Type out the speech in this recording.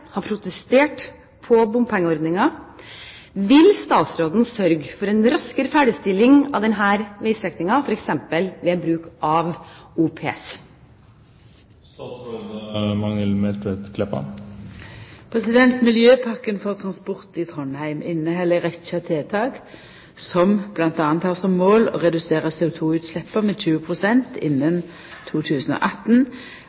har protestert på bompengeordningen. Vil statsråden sørge for en raskere ferdigstilling av denne veistrekningen, f.eks. ved hjelp av OPS?» Miljøpakken for transport i Trondheim inneheld ei rekkje tiltak som m.a. har som mål å redusera CO2-utsleppa med